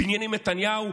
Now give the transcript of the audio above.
בנימין נתניהו,